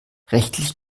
rechtlich